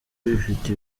ifite